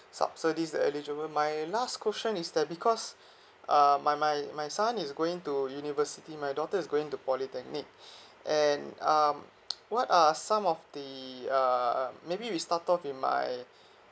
subsidies eligible my last question is that because uh my my my son is going to university my daughter is going to polytechnic and um what are some of the uh maybe we started with my